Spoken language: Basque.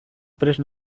prest